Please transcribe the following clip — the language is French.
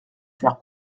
faire